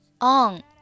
On